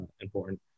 important